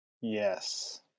Yes